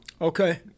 Okay